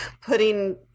putting